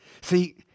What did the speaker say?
See